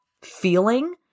feeling